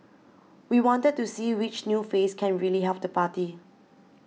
we wanted to see which new face can really help the party